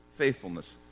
Faithfulness